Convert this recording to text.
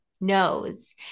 knows